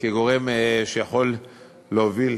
כגורם שיכול להוביל